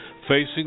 facing